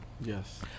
Yes